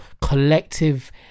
collective